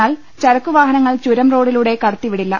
എന്നാൽ ചരക്കുവാഹനങ്ങൾ ചുരം റോഡിലൂടെ കട ത്തിവിടില്ല